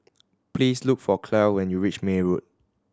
please look for Clell when you reach May Road